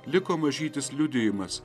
liko mažytis liudijimas